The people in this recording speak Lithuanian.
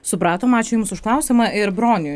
supratom ačiū jums už klausimą ir bronių